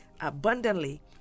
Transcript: abundantly